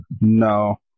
No